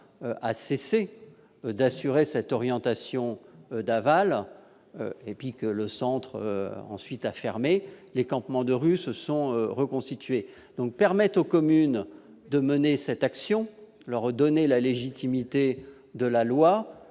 a cessé d'assurer cette orientation d'aval, et dès lors que le centre a fermé, les campements de rue se sont reconstitués. Permettre aux communes de mener cette action, leur donner la légitimité de la loi,